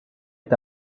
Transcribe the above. est